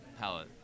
palette